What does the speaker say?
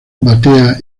batea